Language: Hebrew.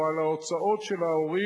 או על ההוצאות של ההורים,